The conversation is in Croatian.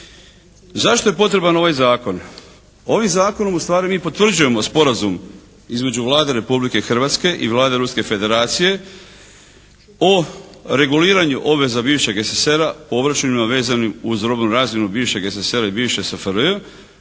Zašto je potreban ovaj zakon? Ovim zakonom ustvari mi potvrđujemo sporazum između Vlade Republike Hrvatske i Vlade Ruske federacije o reguliranju obveza bivšeg SSSR-a obračunima vezanim uz robnu razmjenu bivšeg SSSR-a i bivše SFRJ